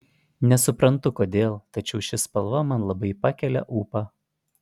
nesuprantu kodėl tačiau ši spalva man labai pakelia ūpą